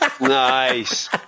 Nice